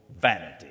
vanity